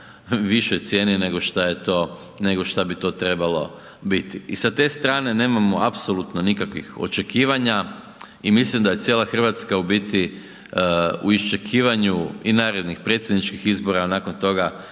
višoj cijeni nego šta bi to trebalo biti. I sa te strane nemamo apsolutno nikakvih očekivanja i mislim da je cijela RH u biti u isčekivanju i narednih predsjedničkih izbora, nakon toga